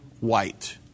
white